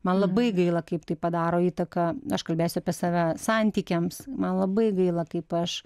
man labai gaila kaip tai padaro įtaką aš kalbėsiu apie save santykiams man labai gaila kaip aš